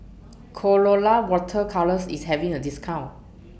Colora Water Colours IS having A discount